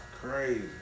crazy